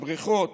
הבריכות,